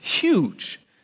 Huge